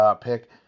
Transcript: pick